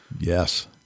yes